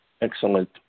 Excellent